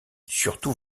surtout